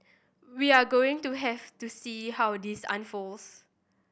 we're going to have to see how this unfolds